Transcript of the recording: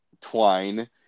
twine